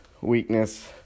weakness